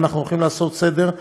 ואנחנו הולכים לעשות סדר,